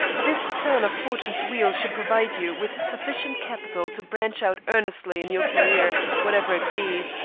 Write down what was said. this turn of fortune's wheel should provide you with sufficient capital to branch out earnestly in your career, whatever it be.